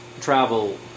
travel